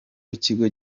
w’ikigo